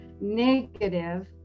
negative